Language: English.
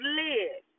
live